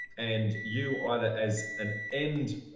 and you, either as an end